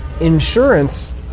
insurance